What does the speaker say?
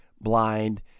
blind